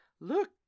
Look